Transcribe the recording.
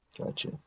Gotcha